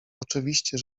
oczywiście